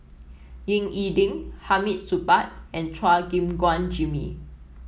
Ying E Ding Hamid Supaat and Chua Gim Guan Jimmy